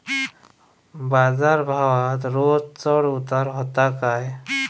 बाजार भावात रोज चढउतार व्हता काय?